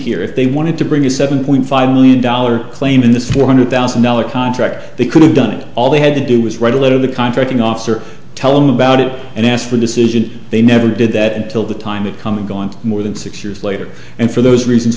here if they wanted to bring a seven point five million dollars claim in this four hundred thousand dollars contract they could have done it all they had to do was write a letter of the contracting officer tell them about it and ask for a decision they never did that until the time it come and gone to more than six years later and for those reasons